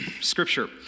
scripture